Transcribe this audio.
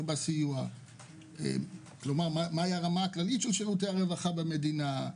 בסיוע ומה היא הרמה הכללית של שירותי הרווחה במדינה,